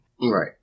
right